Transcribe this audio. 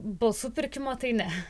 balsų pirkimo tai ne